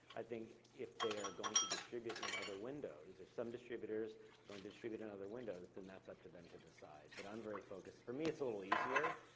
i think if they are going to distribute in other windows, if some distributors are going to distribute in other windows, then that's up to them to decide, but i'm very focused. for me, it's a little easier,